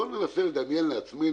בוא ננסה לדמיין לעצמנו,